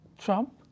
trump